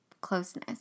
closeness